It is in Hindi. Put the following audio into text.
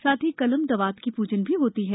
साथ ही कलम दवात की प्जन भी होती है